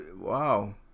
wow